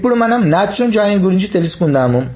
ఇప్పుడుమనము natural join గురించి తెలుసుకుందాము